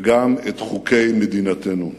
וגם את חוקי מדינתנו.